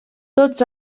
tots